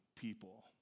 people